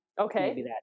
Okay